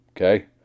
Okay